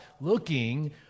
looking